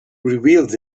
reveals